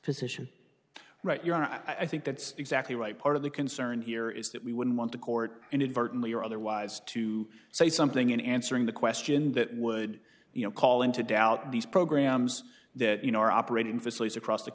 position right you are i think that's exactly right part of the concern here is that we wouldn't want to court inadvertently or otherwise to say something in answering the question that would you know call into doubt these programs that you know are operating facilities across the